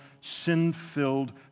sin-filled